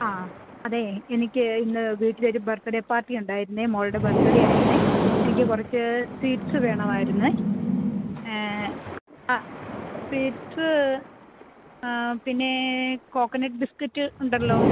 ആ അതേ എനിക്ക് ഇന്ന് വീട്ടിൽ ഒരു ബർത്ത്ഡേ പാർട്ടിയുണ്ടായിരുന്നു മോളുടെ ബർത്ത്ഡേ ആയിരുന്നു എനിക്ക് കുറച്ച് സ്വീറ്റ്സ് വേണമായിരുന്നു ആ സ്വീറ്റ്സ് പിന്നേ കോക്കനട്ട് ബിസ്കറ്റ് ഉണ്ടല്ലോ